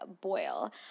boil